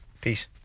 peace